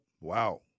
Wow